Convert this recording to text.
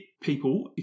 people